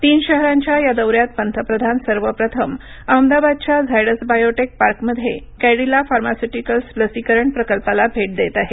तीन शहरांच्या या दौऱ्यात पंतप्रधान सर्वप्रथम अहमदाबादच्या झायडस बायोटेक पार्कमध्ये कॅडीला फार्मास्युटिकल्सच्या लसीकरण प्रकल्पाला भेट देणार आहेत